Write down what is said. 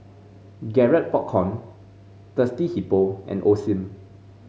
Garrett Popcorn Thirsty Hippo and Osim